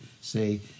say